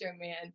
Man